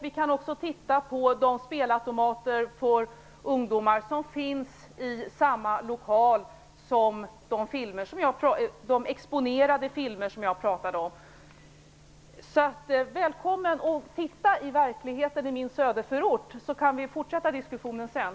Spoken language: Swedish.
Vi kan också titta på de spelautomater för ungdomar som finns i samma lokal som de exponerade filmer som jag talade om. Välkommen att titta i verkligheten i min söderförort, så kan vi fortsätta diskussionen sedan!